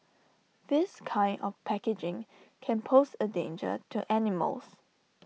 this kind of packaging can pose A danger to animals